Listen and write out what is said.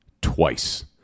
twice